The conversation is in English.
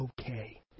okay